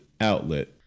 outlet